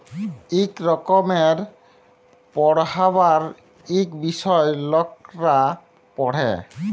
ইক রকমের পড়্হাবার ইক বিষয় লকরা পড়হে